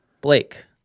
Blake